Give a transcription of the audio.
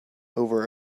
over